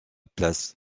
place